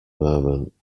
moment